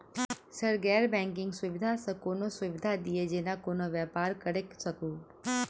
Sir गैर banking सुविधा सँ कोनों सुविधा दिए जेना कोनो व्यापार करऽ सकु?